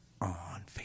on